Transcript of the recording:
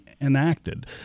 enacted